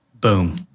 Boom